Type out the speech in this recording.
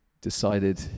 decided